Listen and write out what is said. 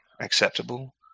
acceptable